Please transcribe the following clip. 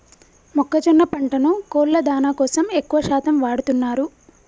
మొక్కజొన్న పంటను కోళ్ళ దానా కోసం ఎక్కువ శాతం వాడుతున్నారు